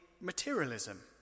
materialism